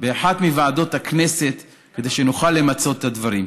באחת מוועדות הכנסת כדי שנוכל למצות את הדברים.